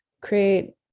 create